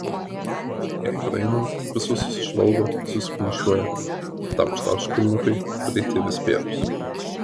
jai praeinant visos susižvalgo susikumščiuoja taukšt taukšt kulniukai greiti ir spėrūs